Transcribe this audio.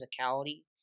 physicality